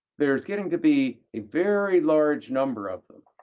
there's getting to be a very large number of them,